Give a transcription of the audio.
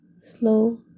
slow